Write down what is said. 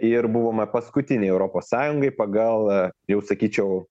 ir buvome paskutiniai europos sąjungoj pagal jau sakyčiau